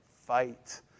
Fight